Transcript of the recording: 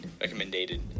Recommended